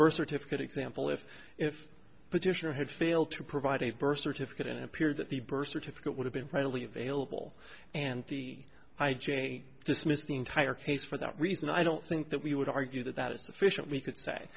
birth certificate example if if petitioner had failed to provide a birth certificate and it appeared that the birth certificate would have been readily available and the i j a dismissed the entire case for that reason i don't think that we would argue that that is sufficient we could say